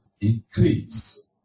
increase